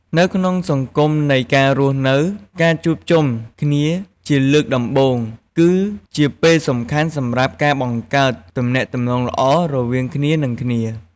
នៅក្នុងសង្គមនៃការរស់នៅ ការជួបជុំគ្នាជាលើកដំបូងគឺជាពេលសំខាន់សម្រាប់ការបង្កើតទំនាក់ទំនងល្អរវាងគ្នានិងគ្នា។